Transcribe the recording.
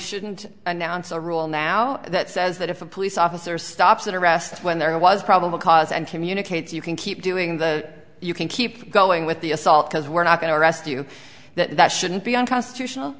shouldn't announce a rule now that says that if a police officer stops that arrest when there was probable cause and communicates you can keep doing the you can keep going with the assault because we're not going to arrest you that shouldn't be unconstitutional